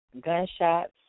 gunshots